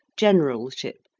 generalship,